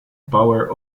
power